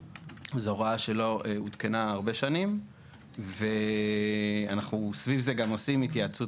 זו הוראה שלא עודכנה הרבה שנים וסביב זה אנחנו גם עושים התייעצות